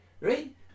right